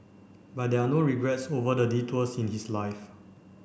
but there are no regrets over the detours in his life